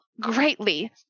greatly